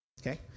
okay